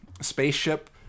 spaceship